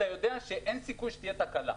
אתה יודע שאין סיכוי שתהיה תקלה.